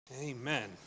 Amen